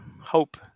hope